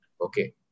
okay